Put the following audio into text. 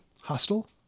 Hostile